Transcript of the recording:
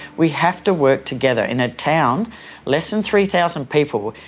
we have to work together. in a town less than three thousand people,